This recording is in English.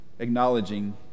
acknowledging